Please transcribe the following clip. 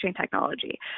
technology